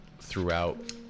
throughout